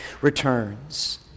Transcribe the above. returns